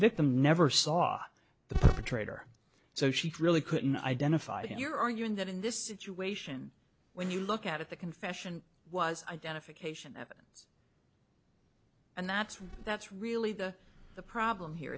victim never saw the perpetrator so she really couldn't identify him you're arguing that in this situation when you look at the confession was identification evidence and that's what that's really the the problem here